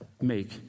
make